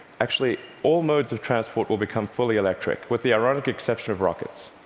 actually, all modes of transport will become fully electric with the ironic exception of rockets.